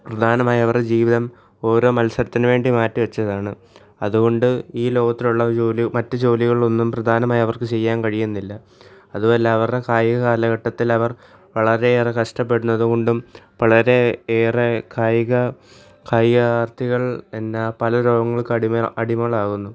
പ്രധാനമായും അവരുടെ ജീവിതം ഓരോ മത്സരത്തിനുവേണ്ടി മാറ്റിവെച്ചതാണ് അതുകൊണ്ട് ഈ ലോകത്തിലുള്ള ഒരു ജോലി മറ്റ് ജോലികളിലൊന്നും പ്രധാനമായും അവർക്ക് ചെയ്യാൻ കഴിയുന്നില്ല അതുമല്ല അവരുടെ കായിക കാലഘട്ടത്തിൽ അവർ വളരെയേറെ കഷ്ടപ്പെടുന്നതുകൊണ്ടും വളരെ ഏറെ കായിക കായികാർത്ഥികൾ എന്ന പലരോഗങ്ങൾക്കും അടിമ അടിമകളാകുന്നു